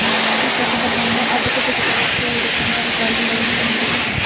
విశాఖపట్నంలో అధిక దిగుబడి ఇచ్చే వేరుసెనగ రకాలు వివరించండి?